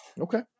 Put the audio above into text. okay